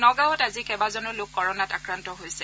নগাঁৱত আজি কেইবাজনো লোক কৰনাত আক্ৰান্ত হৈছে